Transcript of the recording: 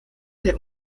der